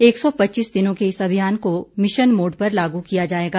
एक सौ पच्चीस दिनों के इस अभियान को मिशन मोड पर लागू किया जाएगा